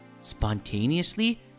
Spontaneously